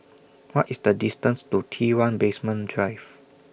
What IS The distance to T one Basement Drive